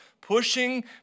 pushing